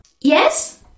Yes